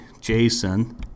Jason